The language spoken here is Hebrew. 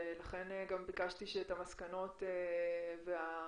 לכן גם ביקשתי שתיידעו אותנו במסקנות והתובנות